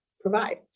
provide